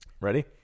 Ready